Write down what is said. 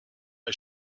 est